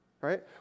right